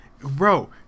Bro